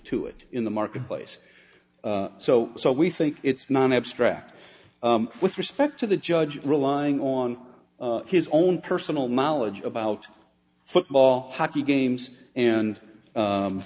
to it in the marketplace so so we think it's man abstract with respect to the judge relying on his own personal knowledge about football hockey games and